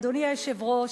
אדוני היושב-ראש,